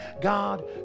God